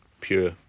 pure